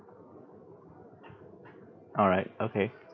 alright okay